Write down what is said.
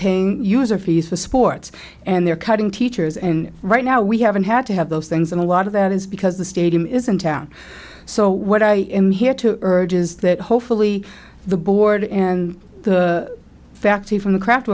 paying user fees for sports and they're cutting teachers in right now we haven't had to have those things and a lot of that is because the stadium is in town so what i am here to urge is that hopefully the board in fact even the craft